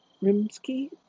Rimsky